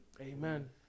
Amen